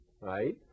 Right